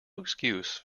excuse